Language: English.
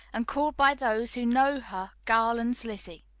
and called by those who know her garland's lizzie.